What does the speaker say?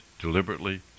deliberately